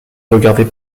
regardait